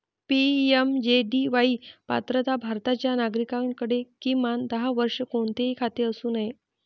PMJDY पात्रता भारताच्या नागरिकाकडे, किमान दहा वर्षे, कोणतेही खाते असू नये